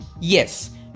Yes